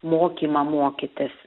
mokymą mokytis